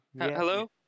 Hello